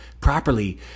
properly